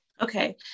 Okay